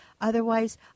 Otherwise